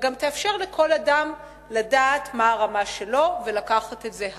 וגם תאפשר לכל אדם לדעת מה הרמה שלו ולקחת את זה הלאה.